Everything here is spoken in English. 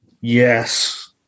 yes